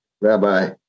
Rabbi